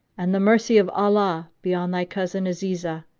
and the mercy of allah be on thy cousin azizah,